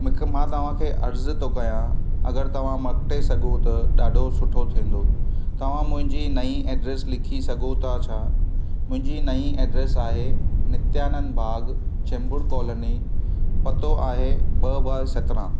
मूंखे मां तव्हांखे अर्ज़ु थो कयां अगरि तव्हां मटे सघो त ॾाढो सुठो थींदो तव्हां मुंहिंजी नईं एड्रेस लिखी सघो था छा मुंहिंजी नईं एड्रेस आहे नित्यानंद भाॻु चेंबूर कॉलोनी पतो आहे ॿ बाय सतरहां